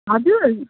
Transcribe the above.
हजुर